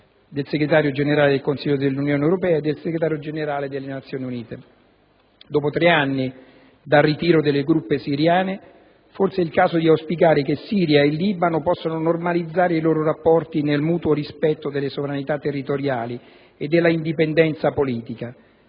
del Segretario generale del Consiglio dell'Unione europea e del Segretario generale delle Nazioni Unite. Dopo tre anni dal ritiro delle truppe siriane forse è il caso di auspicare che Siria e Libano possano normalizzare i loro rapporti nel mutuo rispetto delle sovranità territoriali e della indipendenza politica.